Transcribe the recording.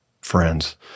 friends